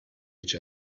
each